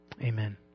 Amen